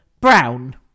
brown